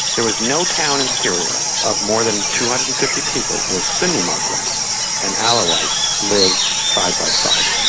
there was no town in syria of more than two hundred and fifty people where sunni muslims and alawites lived side-by-side.